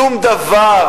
שום דבר